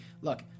Look